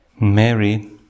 Mary